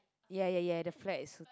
ya ya the flat is so